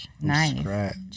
nice